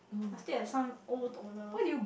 I still have some old toner